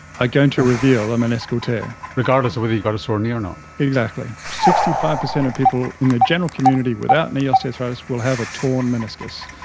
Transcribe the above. ah going to reveal a meniscal tear. regardless of whether you've got a sore knee or not. exactly. sixty five percent of people in the general community without knee osteoarthritis will have a torn meniscus.